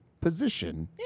position